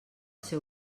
seu